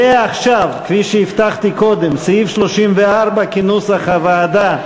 עכשיו כפי שהבטחתי קודם, סעיף 34 כנוסח הוועדה.